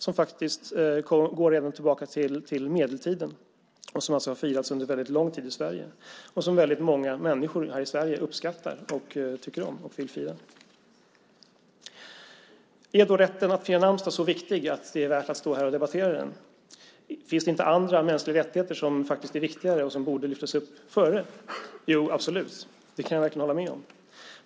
Det är en tradition som går tillbaka till medeltiden och som många människor i Sverige uppskattar. Är då rätten att fira namnsdag så viktig att det är värt att stå här och debattera den? Finns det inte andra mänskliga rättigheter som är viktigare och borde lyftas upp före denna? Jo, absolut. Det kan jag hålla med om.